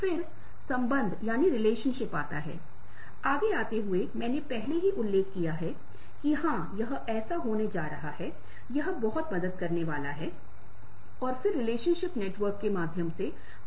और जब आप बातचीत करेंगे तो गहराई से सुनेंगे खुलकर सहयोग करेंगे और सम्मानजनक ढंग से सम्मान करेंगे